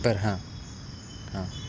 बरं हां हां